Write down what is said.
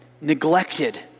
neglected